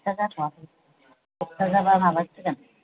खोथिया जाथ'आखै खोथिया जाबा माबासिगोन